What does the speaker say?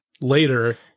later